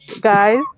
guys